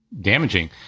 damaging